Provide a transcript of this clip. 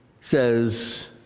says